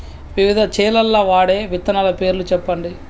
వివిధ చేలల్ల వాడే విత్తనాల పేర్లు చెప్పండి?